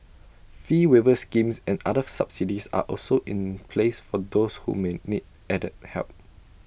fee waiver schemes and further subsidies are also in place for those who may need added help